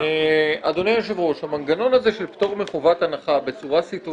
אחרי ההצבעה, את קוראת "ועדת חוץ וביטחון".